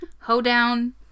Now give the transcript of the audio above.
hoedown